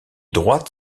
droites